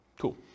Cool